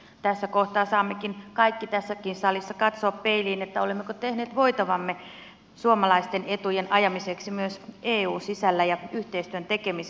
tässä kohtaa saammekin kaikki tässäkin salissa katsoa peiliin olemmeko tehneet voitavamme suomalaisten etujen ajamiseksi myös eun sisällä ja yhteistyön tekemisessä